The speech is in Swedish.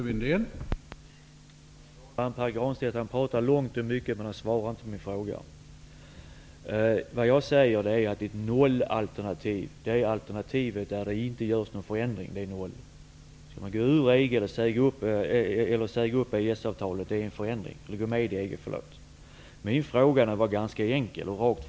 Herr talman! Pär Granstedt pratar länge och mycket, men han svarar inte på min fråga. Jag säger att ett nollalternativ är ett alternativ som inte innebär någon förändring. Säger man upp EES-avtalet eller går med i EG är det en förändring. Min fråga var ganska enkel och direkt.